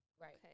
Right